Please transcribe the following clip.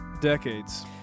decades